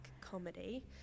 comedy